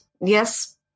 yes